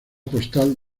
postal